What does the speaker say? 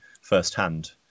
firsthand